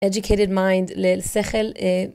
educated mind לשכל.